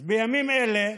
אז בימים אלה,